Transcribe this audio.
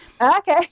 Okay